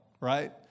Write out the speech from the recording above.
right